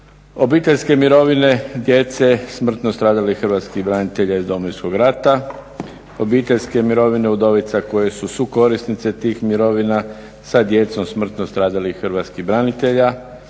obiteljske mirovine djece smrtno stradalih hrvatskih branitelja iz Domovinskog rata, obiteljske mirovine udovica koje su sukorisnice tih mirovina sa djecom smrtno stradalih hrvatskih branitelja,